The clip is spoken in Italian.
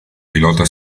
pilota